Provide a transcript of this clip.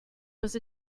was